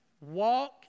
walk